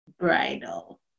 bridal